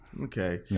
Okay